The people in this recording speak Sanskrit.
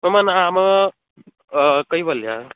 मम नाम कैवल्यः